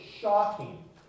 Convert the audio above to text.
shocking